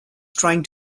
trying